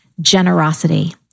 generosity